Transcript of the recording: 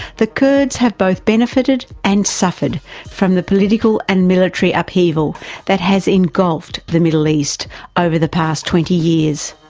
the kurds have both benefited and suffered from the political and military upheaval that has engulfed the middle east over the past twenty years.